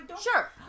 Sure